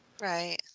Right